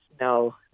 no